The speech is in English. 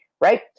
right